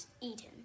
eaten